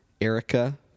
Erica